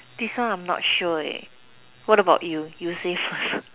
this one I am not sure what about you you say first